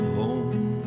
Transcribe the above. home